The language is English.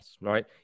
right